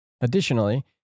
Additionally